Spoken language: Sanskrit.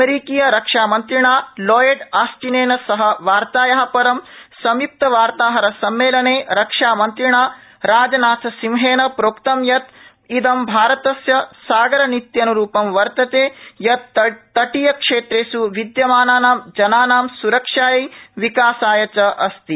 अमेरीकीयरक्षामन्त्रिणा लॉयड ऑस्टिनेन सह वार्ताया परं संयुक्तवार्ताहरसम्मेलने रक्षामन्त्रिणा राजनाथसिंहेन प्रोक्तं यतः इदं भारतस्य सागरनीत्यन्रुपं वर्तते यतः तटीयक्षेत्रेष् विद्यमानानां जनानाम स्रक्षायै विकासायच अस्ति